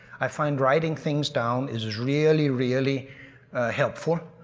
i find writing things down is really really helpful.